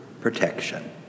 protection